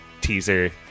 teaser